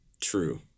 true